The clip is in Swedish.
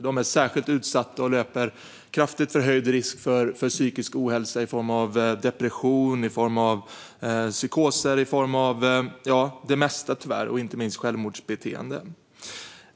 De är särskilt utsatta och löper kraftigt förhöjd risk för psykisk ohälsa i form av depression, i form av psykoser - ja, i form av det mesta, tyvärr, inte minst självmordsbeteende.